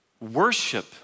worship